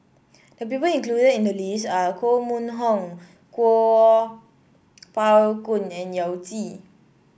the people included in the list are Koh Mun Hong Kuo Pao Kun and Yao Zi